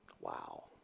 wow